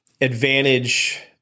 advantage